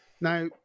Now